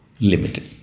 limited